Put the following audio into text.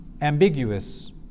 ambiguous